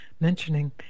mentioning